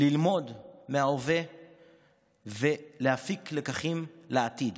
ללמוד מההווה ולהפיק לקחים לעתיד.